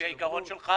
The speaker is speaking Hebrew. לפי העיקרון שלך,